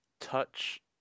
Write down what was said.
touch